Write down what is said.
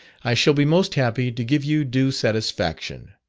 i shall be most happy to give you due satisfaction.